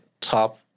top